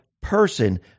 person